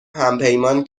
همپیمان